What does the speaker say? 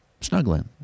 snuggling